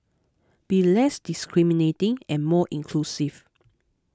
be less discriminating and more inclusive